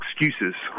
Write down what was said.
excuses